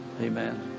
Amen